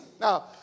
Now